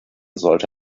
sollte